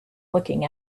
looking